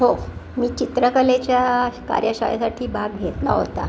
हो मी चित्रकलेच्या कार्याशाळेसाठी भाग घेतला होता